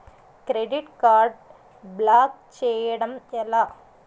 Credit card block చేయడం ఎలా?